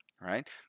Right